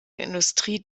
industrie